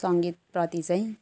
सङ्गीतप्रति चाहिँ